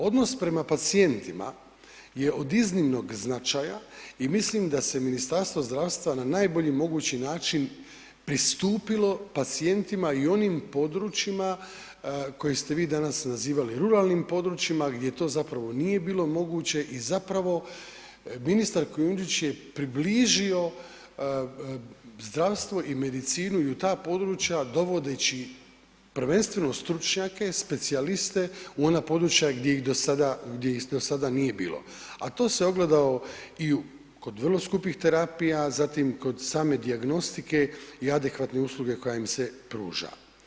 Odnos prema pacijentima je od iznimnog značaja i mislim da se Ministarstvo zdravstva na najbolji mogući način pristupilo pacijentima i onim područjima koje ste vi danas nazivali ruralnim područjima gdje to zapravo nije bilo moguće i zapravo ministar Kujundžić je približio zdravstvo i medicinu i u ta područja dovodeći prvenstveno stručnjake, specijaliste u ona područja gdje ih do sada nije bilo a to se ogledalo i kod vrlo skupih terapija, zatim kod same dijagnostike i adekvatne usluge koja im se pruža.